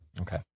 okay